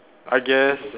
I guess